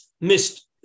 missed